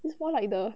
it's more like the